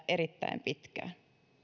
erittäin pitkään